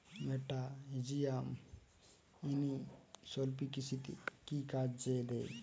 মেটাহিজিয়াম anisopliae কৃষিতে কি কাজে দেয়?